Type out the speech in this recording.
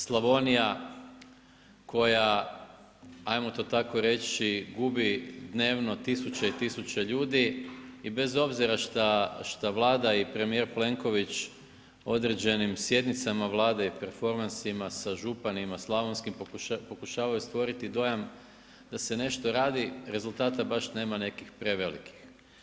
Slavonija koja ajmo to tako reći gubit dnevno tisuće i tisuće ljudi i bez obzira što Vlada i premijer Plenković određenim sjednicama Vlade i performansima sa županima slavonskim pokušavaju stvoriti dojam da se nešto radi rezultata baš nema nekih prevelikih.